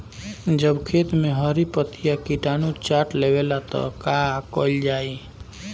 जब खेत मे हरी पतीया किटानु चाट लेवेला तऽ का कईल जाई?